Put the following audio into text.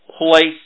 place